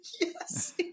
Yes